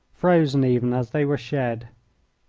frozen even as they were shed.